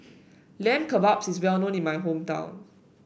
Lamb Kebabs is well known in my hometown